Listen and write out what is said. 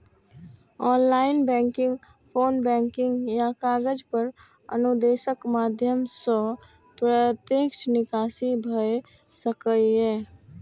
online banking, phone banking या कागज पर अनुदेशक माध्यम सं प्रत्यक्ष निकासी भए सकैए